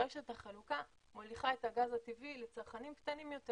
רשת החלוקה מוליכה את הגז הטבעי לצרכנים קטנים יותר